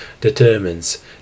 determines